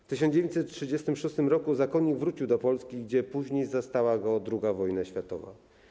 W 1936 r. zakonnik wrócił do Polski, gdzie później zastała go II wojna światowa.